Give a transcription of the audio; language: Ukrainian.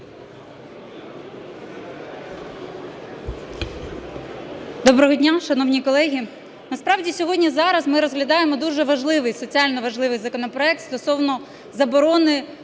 Доброго дня, шановні колеги! Насправді, сьогодні і зараз ми розглядаємо дуже важливий, соціально важливий законопроект стосовно заборони